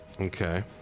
Okay